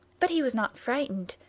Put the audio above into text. but he was not frightened,